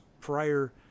prior